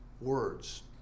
words